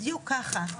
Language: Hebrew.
בדיוק ככה.